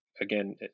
Again